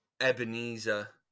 Ebenezer